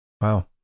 wow